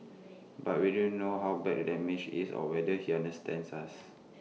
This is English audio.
but we don't know how bad the damage is or whether he understands us